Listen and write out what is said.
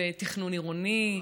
ותכנון עירוני?